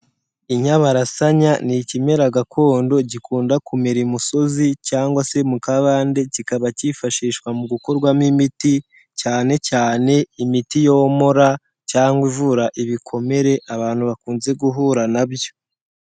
Inyabarasanya ni ikimera gakondo gikunda kumera imusozi cyangwa se mu kabande, kikaba cyifashishwa mu gukorwamo imiti, cyane cyane imiti yomora cyangwa ivura ibikomere abantu bakunze guhura na byo.